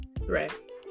right